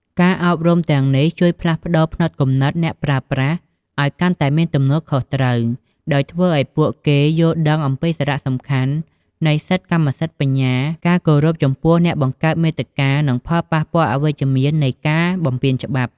ការអប់រំទាំងនេះជួយផ្លាស់ប្តូរផ្នត់គំនិតអ្នកប្រើប្រាស់ឱ្យកាន់តែមានទំនួលខុសត្រូវ ដោយធ្វើឱ្យពួកគេយល់ដឹងអំពីសារៈសំខាន់នៃសិទ្ធិកម្មសិទ្ធិបញ្ញា ការគោរពចំពោះអ្នកបង្កើតមាតិកា និងផលប៉ះពាល់អវិជ្ជមាននៃការបំពានច្បាប់។